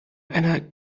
einer